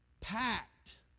packed